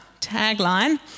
tagline